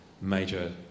major